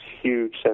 huge